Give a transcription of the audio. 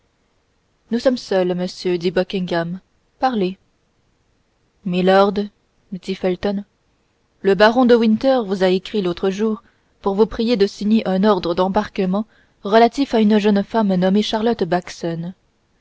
nous sommes seuls monsieur dit buckingham parlez milord dit felton le baron de winter vous a écrit l'autre jour pour vous prier de signer un ordre d'embarquement relatif à une jeune femme nommée charlotte